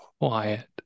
quiet